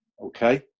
Okay